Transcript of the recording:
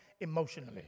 emotionally